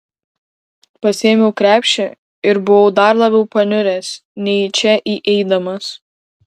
pasiėmiau krepšį ir buvau dar labiau paniuręs nei į čia įeidamas